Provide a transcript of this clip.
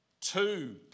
two